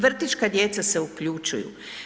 Vrtićka djeca se uključuju.